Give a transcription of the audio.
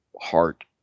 heart